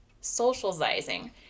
socializing